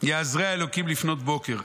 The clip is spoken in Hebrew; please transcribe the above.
יעזרה אלוהים לפנות בקר.